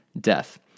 death